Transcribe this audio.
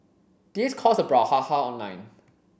this caused a brouhaha online